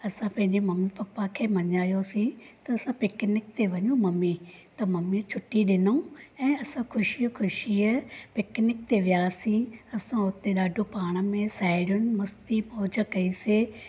असां पंहिंजे mummy papa खे मनायोसीं त असां पिकनिक ते वञूं ममी त ममी छुटी ॾिनऊं ऐं असां ख़ुशीअ ख़ुशीअ पिकनिक ते वयासीं असां हुते ॾाढो पाण में साहेड़ीयुनि मस्ती मौज कईसीं